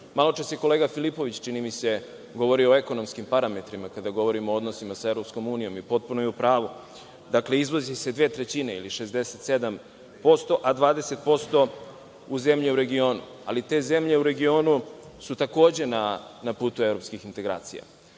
je kolega Filipović, čini mi se, govorio o ekonomskim parametrima, kada govorimo o odnosima sa EU i potpuno je u pravu. Dakle, izvozi se dve trećine ili 67%, a 20% u zemlje u regionu, ali te zemlje u regionu su takođe na putu evropskih integracija. Kada